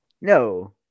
No